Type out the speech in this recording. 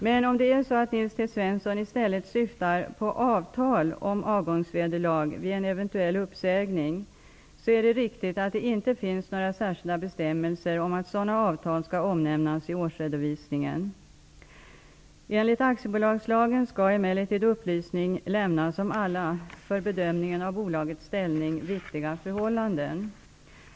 Men om det är så att Nils T Svensson i stället syftar på avtal om avgångsvederlag vid en eventuell uppsägning är det riktigt att det inte finns några särskilda bestämmelser om att sådana avtal skall omnämnas i årsredovisningen. Enligt aktiebolagslagen skall emellertid upplysning lämnas om alla för bedömningen av bolagets ställning viktiga förhållanden.